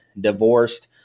divorced